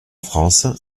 france